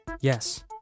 Yes